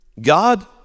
God